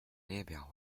列表